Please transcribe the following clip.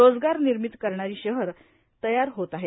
रोजगारनिर्मिती करणारी शहरे तयार होत आहेत